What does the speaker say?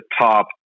top